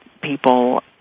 people